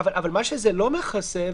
אבל מה שזה לא מכסה,